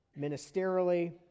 ministerially